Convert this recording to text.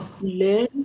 learn